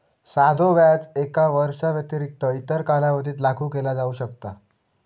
साधो व्याज एका वर्षाव्यतिरिक्त इतर कालावधीत लागू केला जाऊ शकता